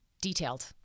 detailed